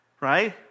right